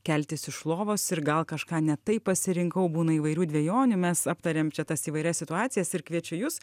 keltis iš lovos ir gal kažką ne taip pasirinkau būna įvairių dvejonių mes aptariam čia tas įvairias situacijas ir kviečiu jus